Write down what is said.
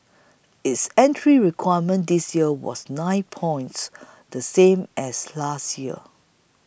its entry requirement this year was nine points the same as last year